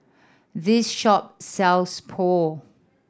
this shop sells Pho